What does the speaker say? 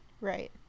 right